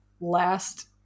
last